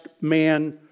man